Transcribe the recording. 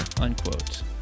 unquote